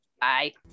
bye